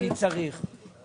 הצבעה לא התקבל.